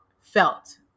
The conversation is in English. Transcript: felt